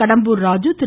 Kadambur Raju Thiru